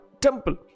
temple